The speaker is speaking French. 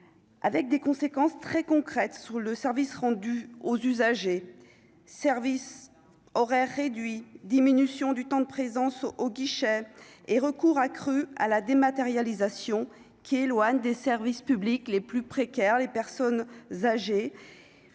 Avec des conséquences très concrètes sous le service rendu aux usagers, service horaires réduits, diminution du temps de présence au guichet et recours accru à la dématérialisation qui éloigne des services publics les plus précaires, les personnes âgées